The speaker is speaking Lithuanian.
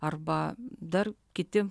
arba dar kiti